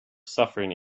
suffering